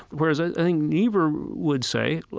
whereas i think niebuhr would say,